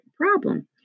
problem